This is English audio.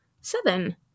seven